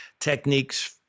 techniques